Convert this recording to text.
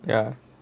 ya